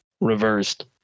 reversed